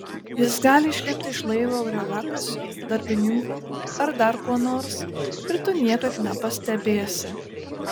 jis gali išlipti iš laivo grioviakasiu darbininku ar dar kuo nors ir tu niekad nepastebėsi